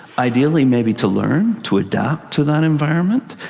ideally maybe to learn, to adapt to that environment,